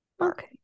okay